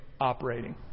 operating